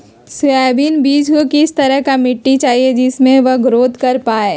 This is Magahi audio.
सोयाबीन बीज को किस तरह का मिट्टी चाहिए जिससे वह ग्रोथ कर पाए?